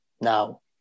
now